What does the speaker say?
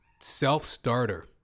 self-starter